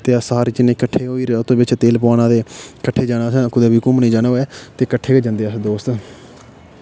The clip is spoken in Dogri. ते अस सारे जने कट्ठे होई ओह्दे बिच तेल पोआना ते कट्ठे जाना असें कुतै बी घूमने जाना होवै ते कट्ठे गै जन्दे हे अस दोस्त